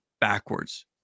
backwards